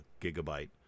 gigabyte